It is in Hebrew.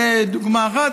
זו דוגמה אחת.